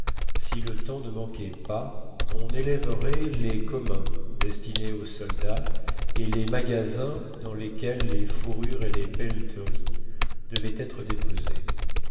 si le temps ne manquait pas on élèverait les communs destinés aux soldats et les magasins dans lesquels les fourrures et les pelleteries devaient être déposées